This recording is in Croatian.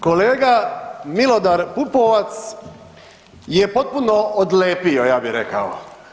Kolega Milodar Pupovac je potpuno odlepio, ja bi rekao.